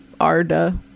Arda